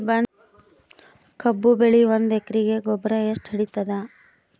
ಕಬ್ಬು ಬೆಳಿ ಒಂದ್ ಎಕರಿಗಿ ಗೊಬ್ಬರ ಎಷ್ಟು ಹಿಡೀತದ?